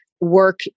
work